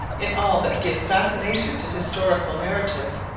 in all that gives fascination to historical narrative.